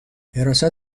حراست